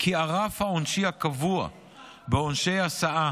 כי הרף העונשי הקבוע בעונשי עבירות הסעה,